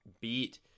beat